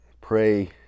pray